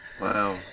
Wow